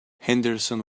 henderson